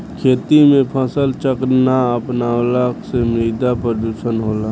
खेती में फसल चक्र ना अपनवला से मृदा प्रदुषण होला